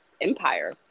empire